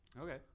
Okay